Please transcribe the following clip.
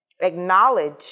acknowledge